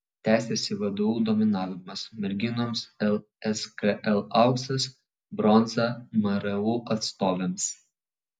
tęsiasi vdu dominavimas merginoms lskl auksas bronza mru atstovėms